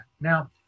now